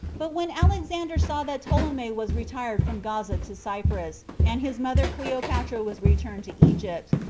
but when alexander saw that ptolemy was retired from gaza to cyprus, and his mother cleopatra was returned to egypt,